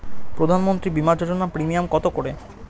প্রধানমন্ত্রী বিমা যোজনা প্রিমিয়াম কত করে?